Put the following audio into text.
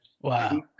Wow